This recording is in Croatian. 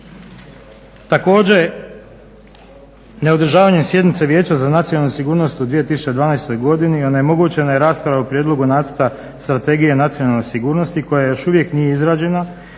Također, neodržavanjem sjednice Vijeća za nacionalnu sigurnost u 2012. godini onemogućena je rasprava o Prijedlogu nacrta strategije nacionalne sigurnosti koja još uvijek nije izrađena